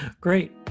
Great